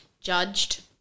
judged